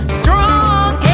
strong